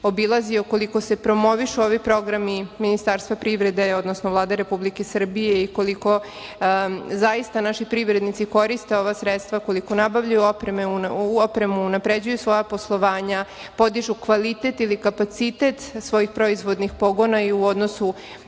obilazio koliko se promovišu ovi programi Ministarstva privrede, odnosno Vlade Republike Srbije i koliko zaista naši privrednici koriste ova sredstva, koliko nabavljaju opremu, unapređuju svoja poslovanja, podižu kvalitet ili kapacitet svojih proizvodnih pogona i u odnosu